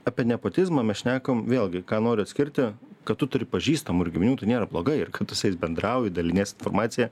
apie nepotizmą mes šnekam vėlgi ką noriu atskirti kad tu turi pažįstamų ir giminių tai nėra blogai ir kad tu su jais bendrauji dalinies informacija